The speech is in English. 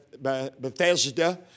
Bethesda